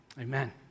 Amen